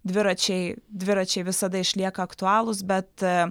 dviračiai dviračiai visada išlieka aktualūs bet